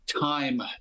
time